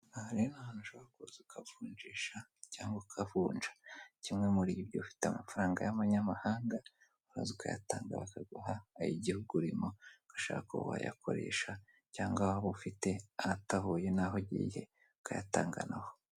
Aha rero ni ahantu ushobora kuza ukavunjisha cyangwa ukavunja, kimwe muri ibyo ufite amafaranga y'abanyamahanga uzara ukayatanga bakaguha ay'igihugu urimo bashaka wayakoresha cyangwa waba ufite atahuye n'aho agiye kuyatanga naho.